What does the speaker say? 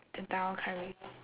the dhal curry